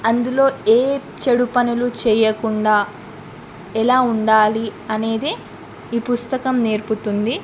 అందులో ఏ చెడు పనులు చేయకుండా ఎలా ఉండాలి అనేది ఈ పుస్తకం నేర్పుతుంది